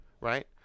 right